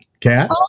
cat